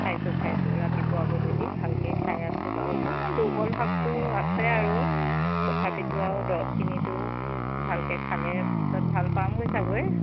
খাইছোঁ খাইছোঁ ৰাতিপুৱা গধূলি ভালকে খাই আছোঁ বাৰু অকণমান দুৰ্বলভাৱটো আছে আৰু তথাপিটো আৰু দৰৱখিনি আৰু ভালকে খালে পিছত ভাল পামগে চাগৈ